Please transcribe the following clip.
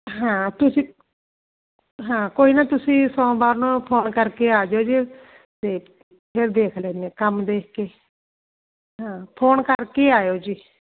ਹਾਂ ਤੁਸੀਂ ਹਾਂ ਕੋਈ ਨਾ ਤੁਸੀਂ ਸੋਮਵਾਰ ਨੂੰ ਫੋਨ ਕਰਕੇ ਆ ਜਾਓ ਜੀ ਤੇ ਫਿਰ ਦੇਖ ਲੈਦੇ ਆ ਕੰਮ ਦੇਖ ਕੇ ਹਾਂ ਫੋਨ ਕਰਕੇ ਆਇਓ ਜੀ